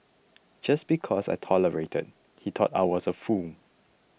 just because I tolerated he thought I was a fool